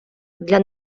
для